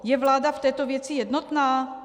Je vláda v této věci jednotná?